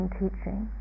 teaching